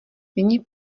nyní